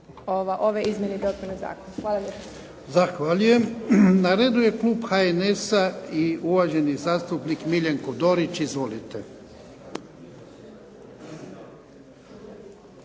lijepa. **Jarnjak, Ivan (HDZ)** Zahvaljujem. Na redu je klub HNS-a i uvaženi zastupnik Miljenko Dorić. Izvolite.